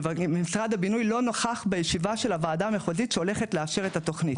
משרד הבינוי לא נכח בישיבה של הוועדה המחוזית שהולכת לאשר את התוכנית.